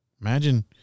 imagine